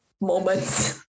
moments